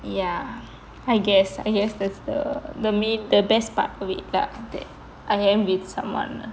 ya I guess I guess that's the the main the best part of it that I am with someone